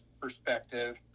perspective